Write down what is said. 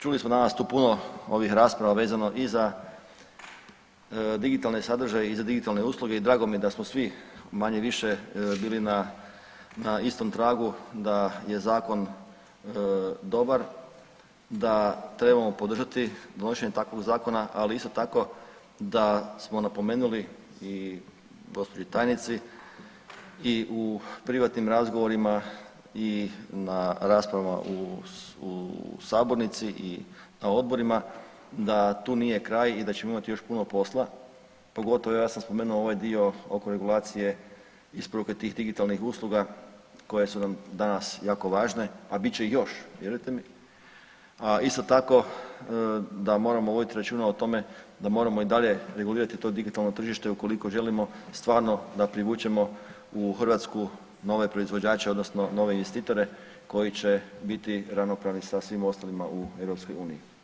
Čuli smo danas tu puno ovih rasprava vezano i za digitalne sadržaje i za digitalne usluge i drago mi je da smo svi manje-više bili na, na istom tragu da je zakon dobar, da trebamo podržati donošenje takvog zakona, ali isto tako da smo napomenuli i gospođi tajnici i u privatnim razgovorima i na raspravama u sabornici i na odborima da tu nije kraj i da ćemo imati još puno posla, pogotovo evo ja sam spomenuo ovaj dio oko regulacije isporuke tih digitalnih usluga koje su nam danas jako važne, a bit će ih još vjerujte mi, a isto tako da moramo vodit računa o tome da moramo i dalje regulirati to digitalno tržište ukoliko želimo stvarno da privučemo u Hrvatsku nove proizvođače odnosno nove investitore koji će biti ravnopravni sa svim ostalima u EU.